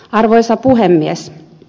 arvoisa puhemies